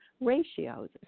ratios